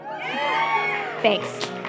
Thanks